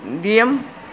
B M